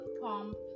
pump